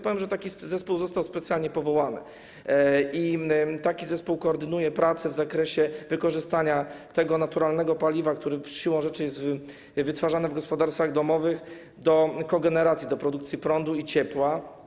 Powiem, że taki zespół został specjalnie powołany i koordynuje on prace w zakresie wykorzystania tego naturalnego paliwa, które siłą rzeczy jest wytwarzane w gospodarstwach domowych, do kogeneracji, do produkcji prądu i ciepła.